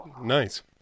Nice